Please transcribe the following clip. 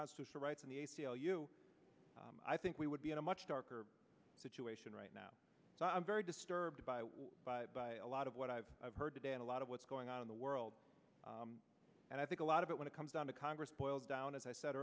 constitutional rights in the a c l u i think we would be in a much darker situation right now so i'm very disturbed by what by a lot of what i've heard today and a lot of what's going on in the world and i think a lot of it when it comes down to congress boils down as i said